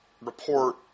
report